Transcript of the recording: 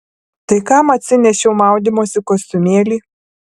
tai kam atsinešiau maudymosi kostiumėlį